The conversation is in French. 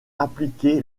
impliqué